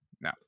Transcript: No